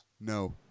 No